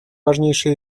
важнейшие